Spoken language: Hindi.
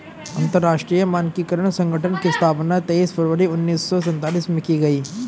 अंतरराष्ट्रीय मानकीकरण संगठन की स्थापना तेईस फरवरी उन्नीस सौ सेंतालीस में की गई